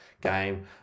game